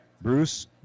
Bruce